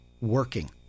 working